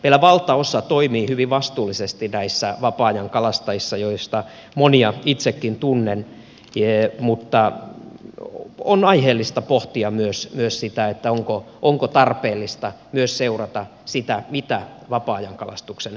meillä valtaosa toimii hyvin vastuullisesti näissä vapaa ajankalastajissa joista monia itsekin tunnen mutta on aiheellista pohtia myös sitä onko tarpeellista myös seurata sitä mitä vapaa ajankalastuksen parissa tapahtuu